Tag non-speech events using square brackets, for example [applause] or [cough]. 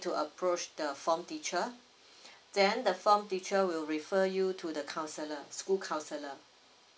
to approach the form teacher [breath] then the form teacher will refer you to the counsellor school counsellor